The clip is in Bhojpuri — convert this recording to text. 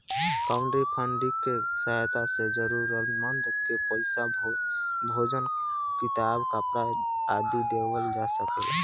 क्राउडफंडिंग के सहायता से जरूरतमंद के पईसा, भोजन किताब, कपरा आदि देवल जा सकेला